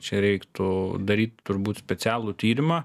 čia reiktų daryt turbūt specialų tyrimą